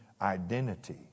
identity